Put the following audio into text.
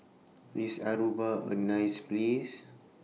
IS Aruba A nice Place